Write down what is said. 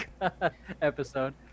episode